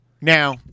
Now